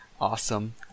Awesome